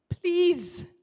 please